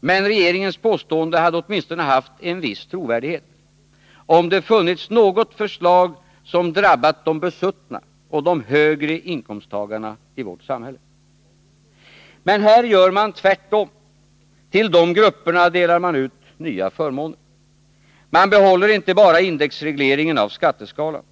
Men regeringens påstående hade åtminstone haft trovärdighet, om det funnits något förslag som drabbat de besuttna och de högre inkomsttagarna i vårt samhälle. Men här gör man tvärtom =— till dessa grupper delar man ut nya förmåner. Man behåller inte bara indexregleringen av skatteskalan.